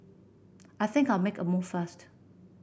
I think I'll make a move first